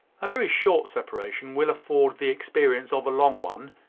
a very short separation will afford the experience of a long one,